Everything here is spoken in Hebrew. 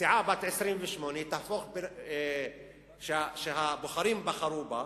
סיעה בת 28 חברים, שהבוחרים בחרו בה,